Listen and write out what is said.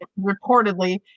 reportedly